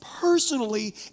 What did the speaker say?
personally